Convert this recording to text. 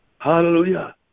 Hallelujah